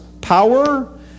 power